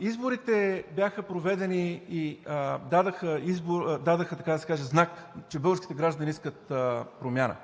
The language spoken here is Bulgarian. Изборите бяха проведени и дадоха, така да се каже, знак, че българските граждани искат промяна.